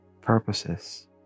purposes